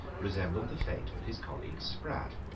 resembled the fate of his colleague sprat.